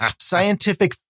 scientific